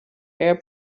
air